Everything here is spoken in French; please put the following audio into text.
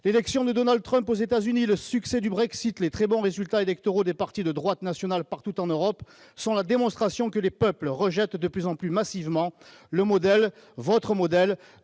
L'élection de Donald Trump aux États-Unis, le succès du Brexitet les très bons résultats électoraux des partis de droite nationale partout en Europe sont la démonstration que les peuples rejettent de plus en plus massivement le modèle, votre modèle